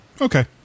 okay